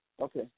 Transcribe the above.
Okay